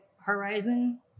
horizon